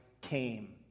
came